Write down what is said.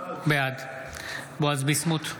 בעד בועז ביסמוט,